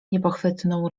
niepochwytną